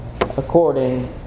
according